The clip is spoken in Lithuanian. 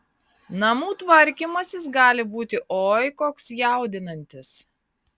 namų tvarkymasis gali būti oi koks jaudinantis